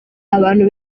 abantu